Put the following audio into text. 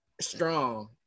strong